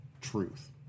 truth